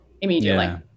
immediately